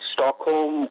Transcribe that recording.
Stockholm